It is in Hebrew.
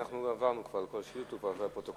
אנחנו עברנו כבר את כל השאילתות וזה לפרוטוקול.